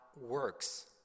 works